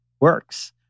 works